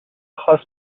خاص